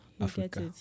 Africa